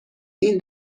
این